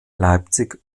leipzig